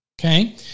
okay